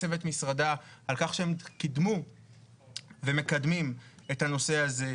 צוות משרדה על כך שהם קידמו ומקדמים את הנושא הזה.